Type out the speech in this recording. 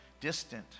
distant